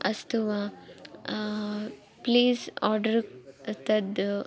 अस्तु वा please order तद्